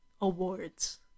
awards